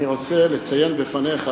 אני רוצה לציין בפניך,